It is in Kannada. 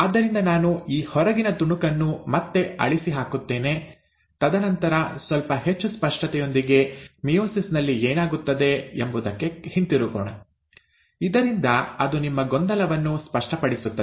ಆದ್ದರಿಂದ ನಾನು ಈ ಹೊರಗಿನ ತುಣುಕನ್ನು ಮತ್ತೆ ಅಳಿಸಿಹಾಕುತ್ತೇನೆ ತದನಂತರ ಸ್ವಲ್ಪ ಹೆಚ್ಚು ಸ್ಪಷ್ಟತೆಯೊಂದಿಗೆ ಮಿಯೋಸಿಸ್ ನಲ್ಲಿ ಏನಾಗುತ್ತದೆ ಎಂಬುದಕ್ಕೆ ಹಿಂತಿರುಗೋಣ ಇದರಿಂದ ಅದು ನಿಮ್ಮ ಗೊಂದಲವನ್ನು ಸ್ಪಷ್ಟಪಡಿಸುತ್ತದೆ